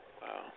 Wow